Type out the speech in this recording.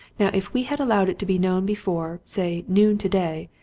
now if we had allowed it to be known before, say, noon today,